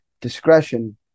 discretion